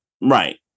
right